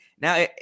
Now